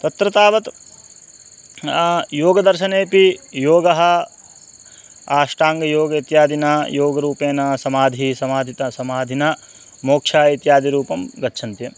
तत्र तावत् योगदर्शनेपि योगः आष्टाङ्गयोग इत्यादिना योगरूपेण समाधिः समाधितः समाधिना मोक्षः इत्यादिरूपं गच्छन्ति